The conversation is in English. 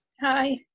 Hi